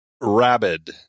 Rabid